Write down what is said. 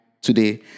today